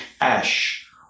ash